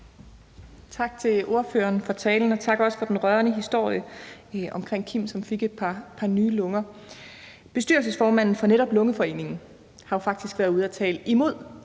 Tak til ordføreren for talen, og også tak for den rørende historie om Kim, som fik et par nye lunger. Bestyrelsesformanden for netop Lungeforeningen har jo faktisk været ude at tale imod